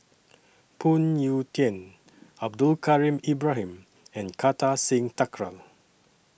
Phoon Yew Tien Abdul Kadir Ibrahim and Kartar Singh Thakral